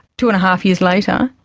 two and a half years later,